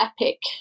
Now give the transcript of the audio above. epic